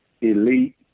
elite